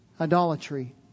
idolatry